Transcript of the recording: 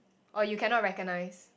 or you cannot recognise